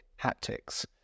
haptics